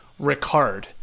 Ricard